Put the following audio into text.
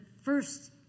first